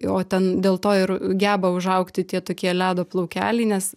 o ten dėl to ir geba užaugti tie tokie ledo plaukeliai nes